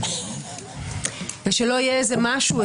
שלא יהיה משהו,